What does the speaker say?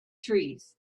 trees